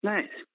Nice